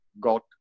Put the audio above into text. got